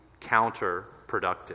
counterproductive